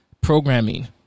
programming